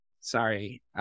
Sorry